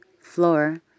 floor